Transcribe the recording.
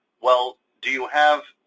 well, do you have